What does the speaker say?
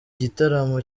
gitaramo